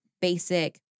basic